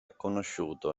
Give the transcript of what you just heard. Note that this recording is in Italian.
conosciuto